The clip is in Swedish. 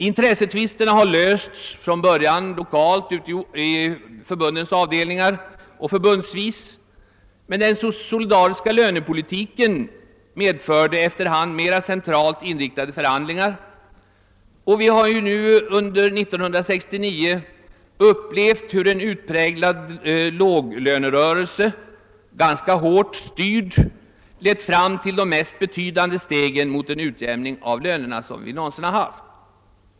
Intressetvisterna har från början lösts lokalt och förbundsvis. Men den solidariska lönepolitiken medförde efter hand mera centralt inriktade förhandlingar, och under 1969 har vi upplevt hur en utpräglad låglönerörelse, ganska hårt styrd, lett fram till de mest betydande steg mot en utjämning av lönerna som vi någonsin tagit.